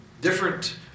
different